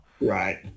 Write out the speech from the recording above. right